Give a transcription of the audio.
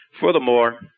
Furthermore